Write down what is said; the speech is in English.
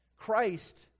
Christ